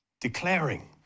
declaring